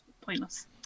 pointless